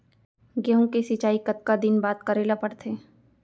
गेहूँ के सिंचाई कतका दिन बाद करे ला पड़थे?